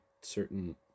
certain